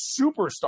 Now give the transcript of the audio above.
superstar